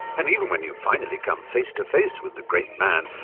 and even when you finally come face to face with the great man,